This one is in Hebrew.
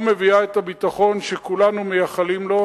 לא מביאה את הביטחון שכולנו מייחלים לו,